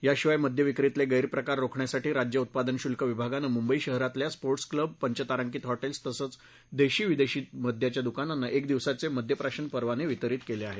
याशिवाय मद्यविक्रीतले गैरप्रकार रोखण्यासाठी राज्य उत्पादन शुल्क विभागनं मुंबई शहरातल्या स्पोटर्स क्लब पंचतारांकित हॅटेल्स तसंच देशी विदेशी मद्याच्या दुकानांना एक दिवसाचे मद्यप्राशन परवाने वितरीत केले आहेत